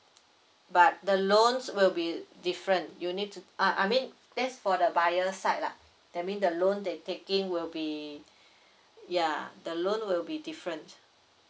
but the loans will be different you need to uh I mean that's for the buyer side lah that mean the loan they taking will be ya the loan will be different